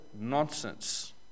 nonsense